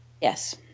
Yes